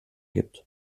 gibt